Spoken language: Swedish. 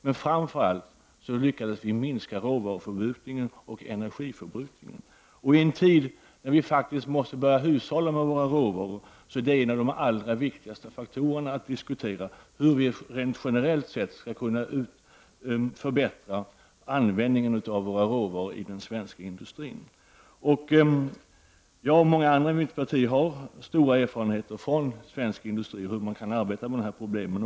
Men framför allt lyckades man minska råvaruförbrukningen och energiförbrukningen, och i en tid när vi faktiskt måste börja hushålla med våra råvaror är detta en av de viktigaste faktorerna att diskutera, hur vi rent generellt sett skall kunna förbättra användningen av våra råvaror i den svenska industrin. Jag och många andra i mitt parti har stora erfarenheter från svensk industri och hur man kan arbeta med de här problemen.